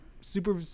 Super